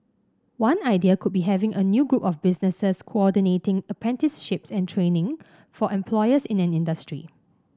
one idea could be having a new group of businesses coordinating apprenticeships and training for employers in an industry